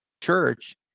church